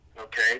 okay